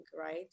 right